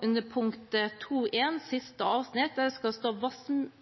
under punkt 2.1, siste avsnitt, der det skal stå